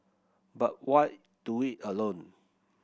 but why do it alone